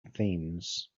themes